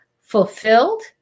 fulfilled